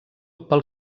pel